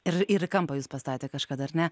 ir ir į kampą jus pastatė kažkada ar ne